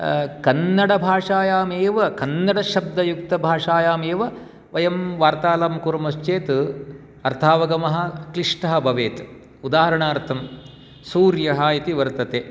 कन्नडभाषायामेव कन्नडशब्दयुक्तभाषायामेव वयं वार्तालापं कुर्मश्चेत् अर्थावगमः क्लिष्टः भवेत् उदाहरणार्थं सूर्यः इति वर्तते